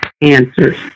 answers